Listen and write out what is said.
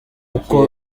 uko